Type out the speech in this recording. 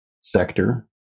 sector